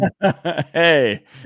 Hey